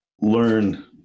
learn